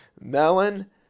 Melon